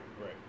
right